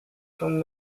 from